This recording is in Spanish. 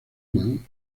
mann